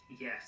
Yes